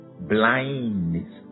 blindness